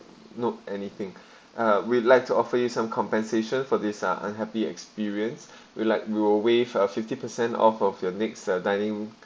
note anything uh we'd like to offer you some compensation for this uh unhappy experience will like will waive a fifty per cent off of your next uh dining